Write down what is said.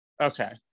Okay